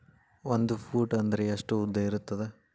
ಒಂದು ಫೂಟ್ ಅಂದ್ರೆ ಎಷ್ಟು ಉದ್ದ ಇರುತ್ತದ?